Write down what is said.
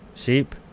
Sheep